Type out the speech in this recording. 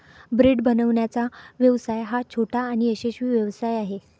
bread बनवण्याचा व्यवसाय हा छोटा आणि यशस्वी व्यवसाय आहे